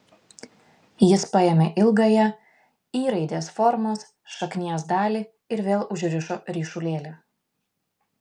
jis paėmė ilgąją y raidės formos šaknies dalį ir vėl užrišo ryšulėlį